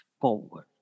forward